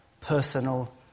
personal